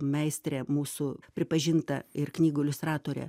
meistrė mūsų pripažinta ir knygų iliustratorė